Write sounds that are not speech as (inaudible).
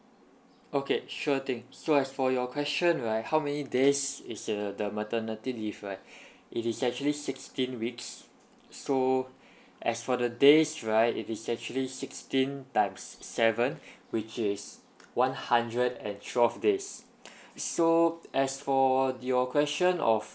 okay sure thing so as for your question right how many days is uh the maternity leave right (breath) it is actually sixteen weeks so as for the days right it is actually sixteen times s~ seven (breath) which is one hundred and twelve days (breath) so as for your question of